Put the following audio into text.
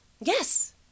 Yes